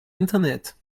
internet